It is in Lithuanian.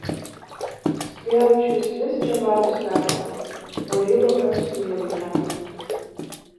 strielčius vis čebatus tepa o rybokas žuvį kepa